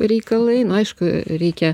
reikalai nu aišku reikia